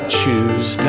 choose